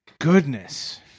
goodness